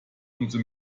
umso